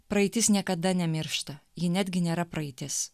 praeitis niekada nemiršta ji netgi nėra praeitis